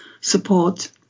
support